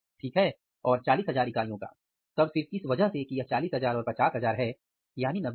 ठीक हैं और 40000 इकाइयों का तब सिर्फ इस वजह से कि यह 40000 और 50 हजार है यानी 90000